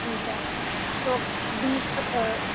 ٹھیک ہے تو بیس